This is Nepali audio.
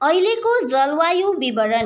अहिलेको जलवायु विवरण